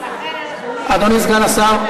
אדוני סגן השר,